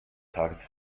tages